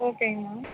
ஓகேங்கே ma'am